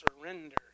surrender